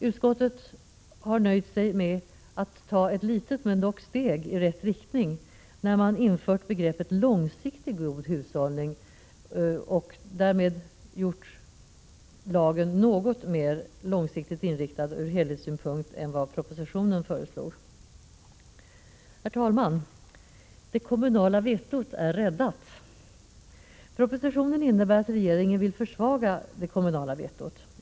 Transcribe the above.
Utskottet har nöjt sig med att ta ett litet steg i rätt riktning när man infört begreppet långsiktigt god hushållning och därmed gjort lagen mer långsiktigt inriktad ur helhetssynpunkt än vad som föreslogs i propositionen. Herr talman! Det kommunala vetot är räddat! Propositionen innebär att regeringen ville försvaga det kommunala vetot.